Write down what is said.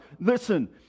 listen